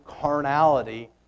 carnality